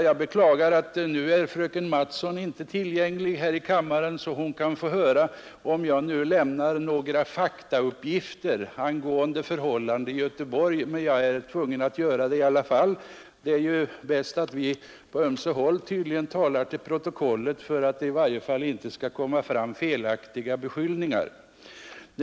Jag beklagar att fröken Mattson nu inte är närvarande här i kammaren så att hon kan ta del av de faktauppgifter jag nu ämnar lämna angående förhållandena i Göteborg, men jag är tvungen att göra det i alla fall. Det är tydligen bäst att vi på ömse häll talar till protokollet, så att inga felaktiga beskyllningar framkommer.